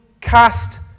cast